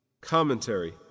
Commentary